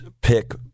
pick